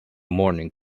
morning